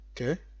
Okay